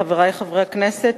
חברי חברי הכנסת,